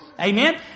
Amen